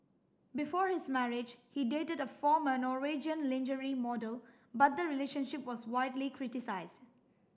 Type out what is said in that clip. before his marriage he dated a former Norwegian lingerie model but the relationship was widely criticised